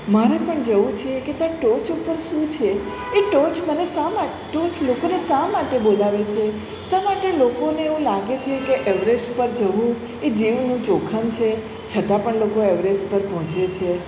મારે પણ જવું છે કે ત્યાં ટોચ ઉપર શું છે એ ટોચ મને શા ટોચ લોકોને શા માટે બોલાવે છે શા માટે લોકોને એવું લાગે છે કે એવરેસ્ટ પર જવું એ જીવનું જોખમ છે છતાં પણ લોકો એવરેસ્ટ પર પહોંચે છે